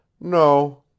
No